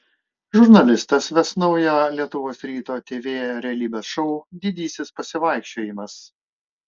žurnalistas ves naują lietuvos ryto tv realybės šou didysis pasivaikščiojimas